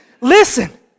listen